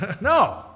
No